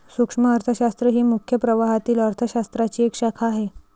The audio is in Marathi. सूक्ष्म अर्थशास्त्र ही मुख्य प्रवाहातील अर्थ शास्त्राची एक शाखा आहे